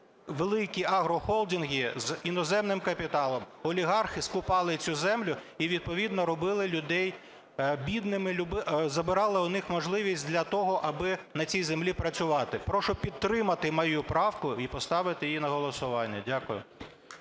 великі агрохолдинги з іноземним капіталом, олігархи скупали цю землю і відповідно робили людей бідними, забирали у них можливість для того, аби на цій землі працювати. Прошу підтримати мою правку і поставити її на голосування. Дякую.